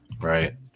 Right